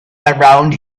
around